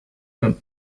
from